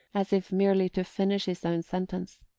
as if merely to finish his own sentence.